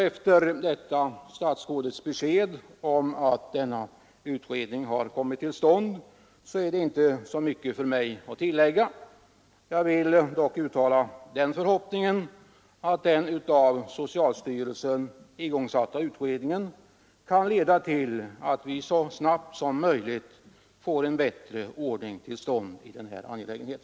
Efter statsrådets besked om att denna utredning har kommit till stånd är det inte så mycket för mig att tillägga. Jag vill dock uttala den förhoppningen att den av socialstyrelsen igångsatta utredningen kan leda till att vi så snabbt som möjligt får en bättre ordning till stånd i det här avseendet.